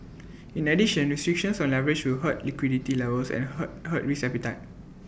in addition restrictions on leverage will hurt liquidity levels and hurt hurt risk appetite